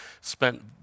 spent